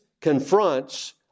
confronts